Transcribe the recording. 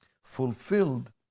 fulfilled